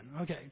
Okay